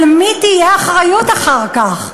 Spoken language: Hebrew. על מי תהיה האחריות אחר כך?